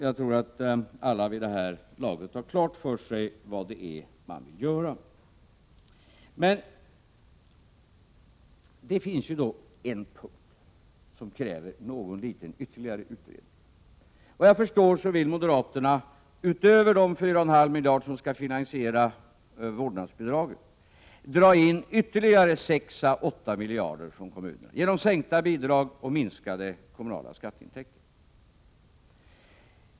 Jag tror att alla vid det här laget har klart för sig vad det är man vill göra, men det finns en punkt som kräver någon liten ytterligare utredning. Efter vad jag förstår vill moderaterna utöver de 4,5 miljarder som skall finansiera vårdnadsbidraget dra in ytterligare 6 ä 8 miljarder från kommunerna genom sänkta bidrag och minskade kommunala skatteintäkter.